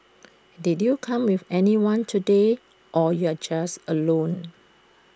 did you come with anyone today or you're just alone